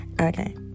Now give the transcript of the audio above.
Okay